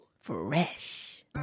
Fresh